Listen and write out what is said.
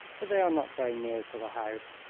but they are not very near to the house.